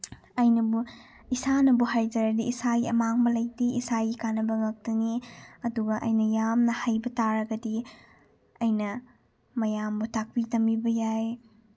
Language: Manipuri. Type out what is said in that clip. ꯑꯩꯅꯕꯨ ꯏꯁꯥꯅꯕꯨ ꯍꯩꯖꯔꯗꯤ ꯏꯁꯥꯒꯤ ꯑꯃꯥꯡꯕ ꯂꯩꯇꯦ ꯏꯁꯥꯒꯤ ꯀꯥꯟꯅꯕ ꯉꯥꯛꯇꯅꯤ ꯑꯗꯨꯒ ꯑꯩꯅ ꯌꯥꯝꯅ ꯍꯩꯕ ꯇꯥꯔꯒꯗꯤ ꯑꯩꯅ ꯃꯌꯥꯝꯕꯨ ꯇꯥꯛꯄꯤ ꯇꯝꯕꯤꯕ ꯌꯥꯏ